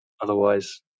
otherwise